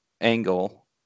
angle